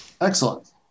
Excellent